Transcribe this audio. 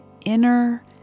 inner